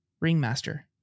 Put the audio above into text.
Ringmaster